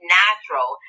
natural